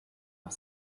auf